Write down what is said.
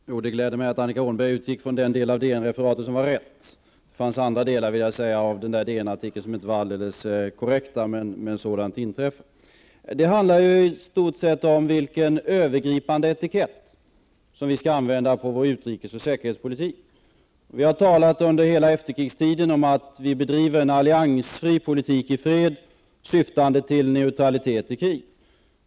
Fru talman! Det gläder mig att Annika Åhnberg utgick från den delen av DN-artikeln som var riktig. Det fanns andra delar i denna artikel som inte var alldeles korrekta, men sådant händer. Det handlar i stort sett om vilken övergripande etikett som vi skall använda på vår utrikes och säkerhetspolitik. Under hela efterkrigstiden har vi talat om att vi bedriver en alliansfri politik i fred syftande till neutralitet i krig.